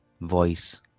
voice